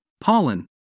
pollen